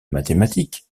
mathématiques